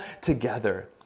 together